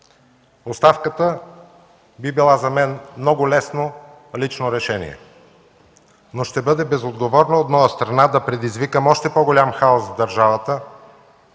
оставката би била за мен много лесно лично решение, но ще бъде безотговорно от моя страна да предизвикам още по-голям хаос в държавата,